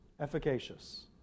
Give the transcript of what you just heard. Efficacious